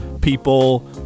people